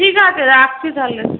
ঠিক আছে রাখছি তা হলে